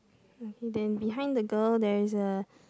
okay then behind the girl there is a